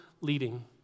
leading